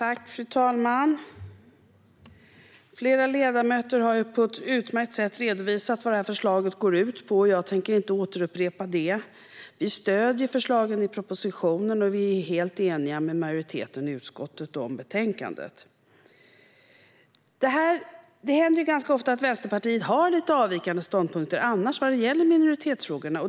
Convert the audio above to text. Fru talman! Flera ledamöter har på ett utmärkt sätt redovisat vad detta förslag går ut på, och jag tänker inte återupprepa det. Vi stöder förslagen i propositionen och är helt eniga med majoriteten i utskottet om betänkandet. Det händer annars ganska ofta att Vänsterpartiet har lite avvikande ståndpunkter i minoritetsfrågorna.